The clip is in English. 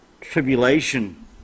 tribulation